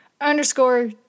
underscore